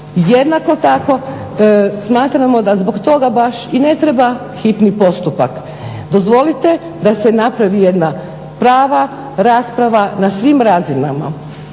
Jednako tako smatramo da zbog toga baš i ne treba hitni postupak. Dozvolite da se napravi jedna prava rasprava na svim razinama.